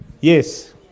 yes